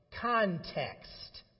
context